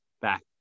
back